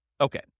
Okay